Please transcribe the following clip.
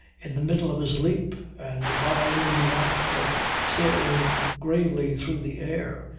in the middle of his leap, and while in the act of sailing gravely through the air,